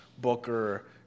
Booker